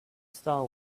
star